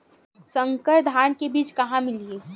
संकर धान के बीज कहां मिलही?